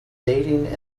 dating